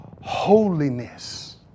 holiness